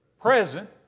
present